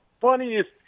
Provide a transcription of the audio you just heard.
funniest